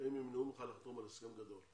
-- הם ימנעו ממך לחתום על הסכם גדול,